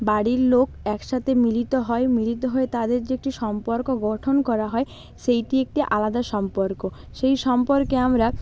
বাড়ির লোক একসাথে মিলিত হয় মিলিত হয়ে তাদের যে একটি সম্পর্ক গঠন করা হয় সেইটি একটি আলাদা সম্পর্ক সেই সম্পর্কে আমরা